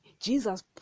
Jesus